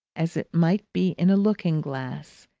as it might be in a looking-glass,